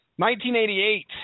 1988